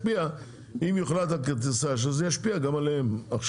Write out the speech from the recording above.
אם יוחלט על כרטיסי אשראי זה ישפיע גם עליהם.